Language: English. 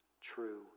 true